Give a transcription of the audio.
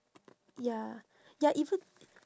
ya ya even